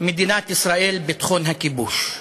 מדינת ישראל, ביטחון הכיבוש.